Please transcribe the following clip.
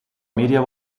media